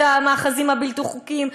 את המאחזים הבלתי-חוקיים,